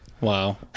Wow